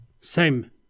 Same